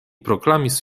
proklamis